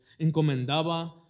Encomendaba